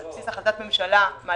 על בסיס החלטת ממשלה מ-2018,